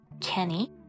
Kenny